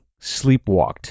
sleepwalked